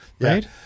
right